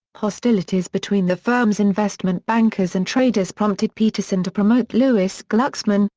hostilities between the firm's investment bankers and traders prompted peterson to promote lewis glucksman,